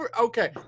Okay